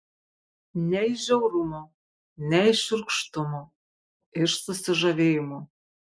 ne iš žiaurumo ne iš šiurkštumo iš susižavėjimo